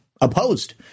opposed